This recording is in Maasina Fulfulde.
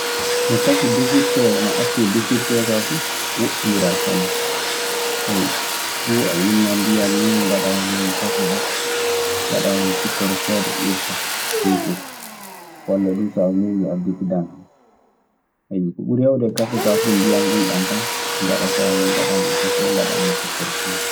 No kafe defirtee, e no attee defirtee kaa fuu woɗɗondiraa sanne. fuu a wulnan ndiyan nii, ngaɗaa hen kafe oo, ngaɗaa hen sikkoro seeɗa, iirkaa. Nii foti. Walla duu so a muuyii a defidan hen. ko ɓuri heewde e kafe kaa fuu ndiyan ngulɗan tan ngaɗataa hen, ngaɗaa hen kafe oo, ngaɗaa hen sikkoro, timmii.